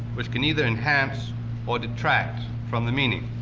which can either enhance or detract from the meaning.